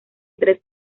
tres